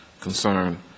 concern